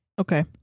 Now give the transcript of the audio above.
okay